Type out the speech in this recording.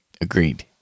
Agreed